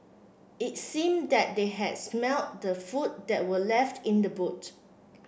it seemed that they had smelt the food that were left in the boot